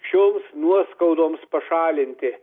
šioms nuoskaudoms pašalinti